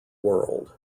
world